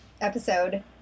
Episode